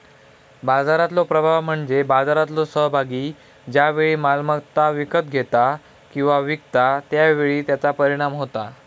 बाजारातलो प्रभाव म्हणजे बाजारातलो सहभागी ज्या वेळी मालमत्ता विकत घेता किंवा विकता त्या वेळी त्याचा परिणाम होता